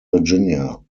virginia